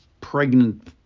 pregnant